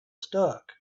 stuck